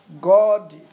God